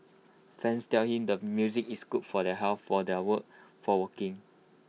fans tell him the music is good for their health for their work for walking